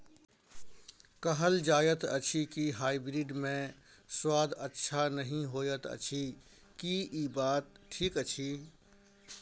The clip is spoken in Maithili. कहल जायत अछि की हाइब्रिड मे स्वाद अच्छा नही होयत अछि, की इ बात ठीक अछि?